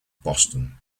boston